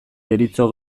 deritzo